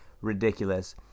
Ridiculous